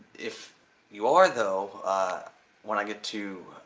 if you are though when i get to